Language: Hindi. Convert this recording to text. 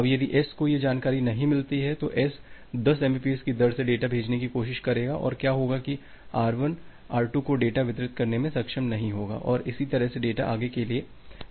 अब यदि S को यह जानकारी नहीं मिलती है तो S 10 एमबीपीएस की दर से डेटा को भेजने की कोशिश करेगा और क्या होगा कि R1 R2 को डेटा वितरित करने में सक्षम नहीं होगा और इसी तरह डेटा आगे के लिंक पर नहीं बढेगा